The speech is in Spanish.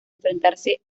enfrentarse